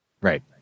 Right